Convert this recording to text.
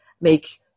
make